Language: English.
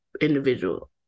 individual